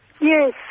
Yes